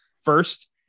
First